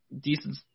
decent